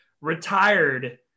retired